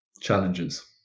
challenges